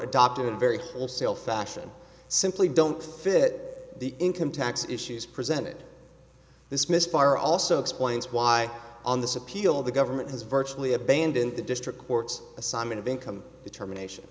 adopted in a very wholesale fashion simply don't fit the income tax issues presented this misfire also explains why on this appeal the government has virtually abandoned the district court's assignment of income determination